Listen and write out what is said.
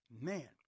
Man